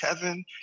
Kevin